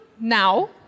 now